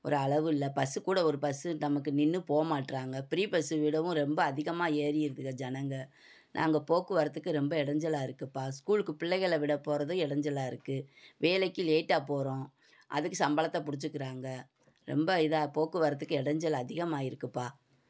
ஒரு அளவு இல்லை பஸ்ஸு கூட ஒரு பஸ்ஸு நமக்கு நின்று போக மாட்டேறாங்க ப்ரீ பஸ்ஸு விடவும் ரொம்ப அதிகமாக ஏறிடுதுங்க ஜனங்கள் நாங்கள் போக்குவரத்துக்கு ரொம்ப இடஞ்சலா இருக்குதுப்பா ஸ்கூலுக்கு பிள்ளைகள விட போகிறதும் இடஞ்சலா இருக்குது வேலைக்கு லேட்டாக போகிறோம் அதுக்கு சம்பளத்தை பிடிச்சிக்கிறாங்க ரொம்ப இதாக போக்குவரத்துக்கு இடஞ்சல் அதிகமாக இருக்குதுப்பா